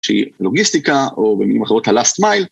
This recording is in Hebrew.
שהיא לוגיסטיקה או במילים אחרות ה Last mile